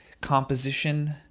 composition